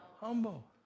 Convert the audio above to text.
humble